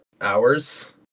hours